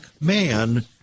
man